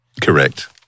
Correct